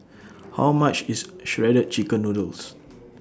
How much IS Shredded Chicken Noodles